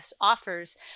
offers